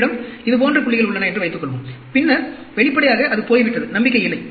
உங்களிடம் இது போன்ற புள்ளிகள் உள்ளன என்று வைத்துக்கொள்வோம் பின்னர் வெளிப்படையாக அது போய்விட்டது நம்பிக்கை இல்லை